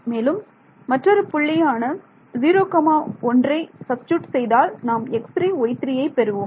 மேலும் மற்றொரு புள்ளியான 01 ஐ சப்ஸ்டிட்யூட் செய்தால் நாம் x3 y3ஐ பெறுவோம்